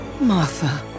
Martha